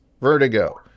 vertigo